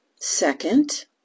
Second